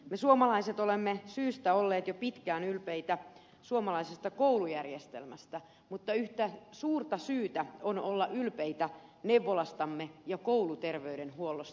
me suomalaiset olemme syystä olleet jo pitkään ylpeitä suomalaisesta koulujärjestelmästä mutta yhtä suurta syytä on olla ylpeitä neuvolastamme ja kouluterveydenhuollostamme